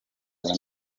bane